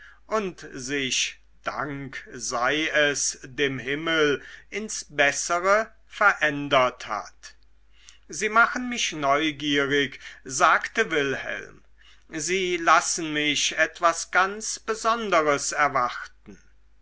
und sich dank sei es dem himmel ins bessere verändert hat sie machen mich neugierig sagte wilhelm sie lassen mich etwas ganz besonderes erwarten